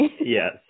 Yes